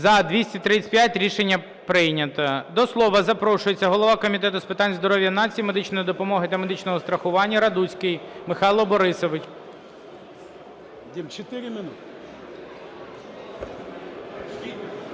За-235 Рішення прийнято. До слова запрошується голова Комітету з питань здоров'я нації, медичної допомоги та медичного страхування Радуцький Михайло Борисович.